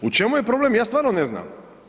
U čemu je problem, ja stvarno ne znam.